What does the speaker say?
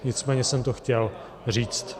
Nicméně jsem to chtěl říct.